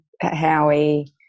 Howie